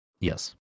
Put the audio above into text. yes